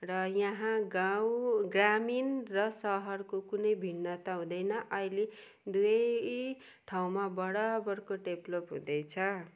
र यहाँ गाउँ ग्रामिण र सहरको कुनै भिन्नता हुँदैनअहिले दुवै ठाउँमा बराबरको डेभलोप हुँदैछ